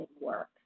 work